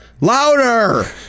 Louder